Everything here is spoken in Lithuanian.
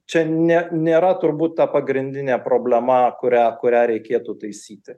čia ne nėra turbūt ta pagrindinė problema kurią kurią reikėtų taisyti